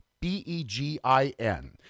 B-E-G-I-N